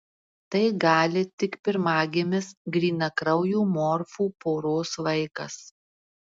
tai gali tik pirmagimis grynakraujų morfų poros vaikas